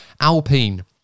Alpine